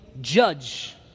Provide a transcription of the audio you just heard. judge